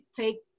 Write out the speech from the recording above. take